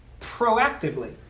proactively